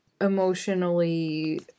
emotionally